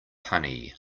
honey